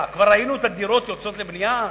מה, כבר ראינו את הדירות יוצאות לבנייה?